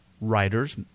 writers